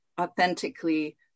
authentically